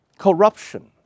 Corruption